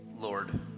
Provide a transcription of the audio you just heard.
Lord